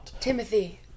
Timothy